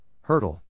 Hurdle